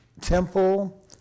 temple